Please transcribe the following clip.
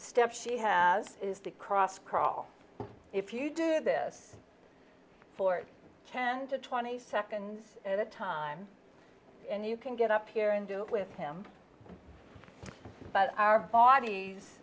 step she has is to cross crawl if you did this for ten to twenty seconds at a time and you can get up here and do it with him but our bod